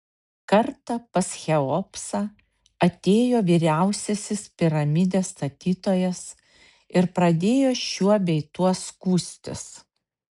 kartą pas cheopsą atėjo vyriausiasis piramidės statytojas ir pradėjo šiuo bei tuo skųstis